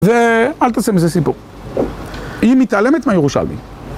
ואל תעשה מזה סיפור, היא מתעלמת מהירושלמי.